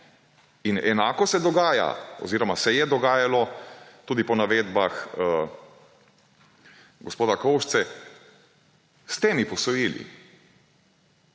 Enako se dogaja oziroma se je dogajalo, tudi po navedbah gospoda Kovšce, s temi posojili.